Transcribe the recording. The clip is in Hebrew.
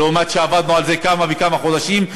למרות שעבדנו על זה כמה וכמה חודשים,